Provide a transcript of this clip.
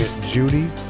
Judy